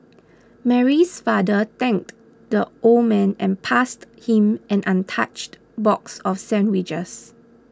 Mary's father thanked the old man and passed him an untouched box of sandwiches